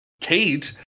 Kate